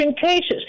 cases